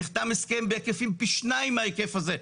נחתם הסכם בהיקפים פי-2 מההיקף הזה,